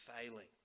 failing